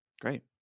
Great